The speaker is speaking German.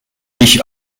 dich